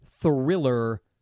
thriller